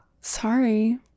Sorry